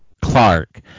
Clark